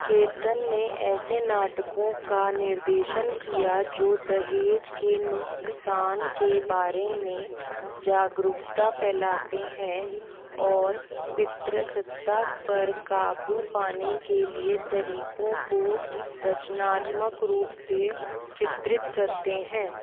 चेतन ने ऐसे नाटकों का निर्देशन किया जो दहेज के नुकसान के बारे में जागरुकता फैलाते हैं और पित्रसत्ता पर काबू पाने के लिए तरीकों को रचनात्मक रूप से चित्रित करते हैं